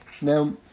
Now